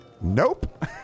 Nope